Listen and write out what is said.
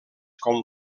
com